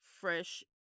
fresh